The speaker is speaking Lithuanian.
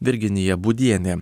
virginija būdienė